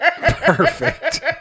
Perfect